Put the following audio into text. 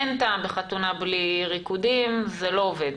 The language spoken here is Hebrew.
אין טעם בחתונה בלי ריקודים, זה לא עובד.